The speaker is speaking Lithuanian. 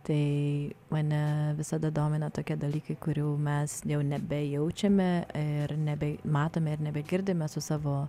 tai mane visada domina tokie dalykai kurių mes jau nebejaučiame ir nebematome ir nebegirdime su savo